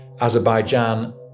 Azerbaijan